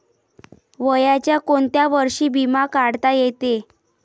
वयाच्या कोंत्या वर्षी बिमा काढता येते?